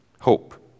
Hope